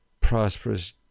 prosperous